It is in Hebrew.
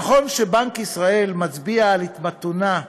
נכון שבנק ישראל מצביע על התמתנותה,